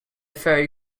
ferry